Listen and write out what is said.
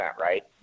right